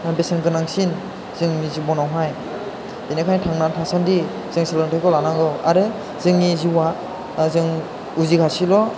बेसेन गोनांसिन जोंनि जिबनावहाय बेनिखायनो थांना थासान्दि जों सोलोंथाइखौ लानांगौ आरो जोंनि जिउया जों उजिगासेल'